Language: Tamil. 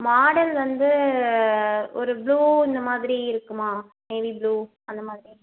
மாடல் வந்து ஒரு ப்ளூ இந்த மாதிரி இருக்குமா நேவி ப்ளூ அந்த மாதிரி